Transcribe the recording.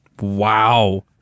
Wow